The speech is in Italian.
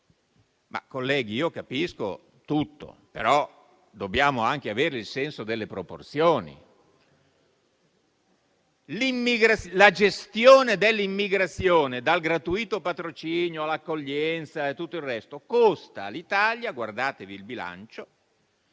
Colleghi, capisco tutto, ma dobbiamo anche avere il senso delle proporzioni. La gestione dell'immigrazione, dal gratuito patrocinio all'accoglienza e a tutto il resto, costa all'Italia, guardando il bilancio,